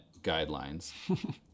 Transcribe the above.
guidelines